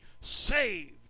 saved